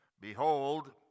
Behold